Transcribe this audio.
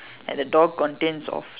and the door contains of